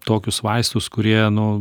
tokius vaistus kurie nu